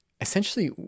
essentially